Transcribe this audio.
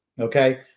Okay